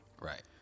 Right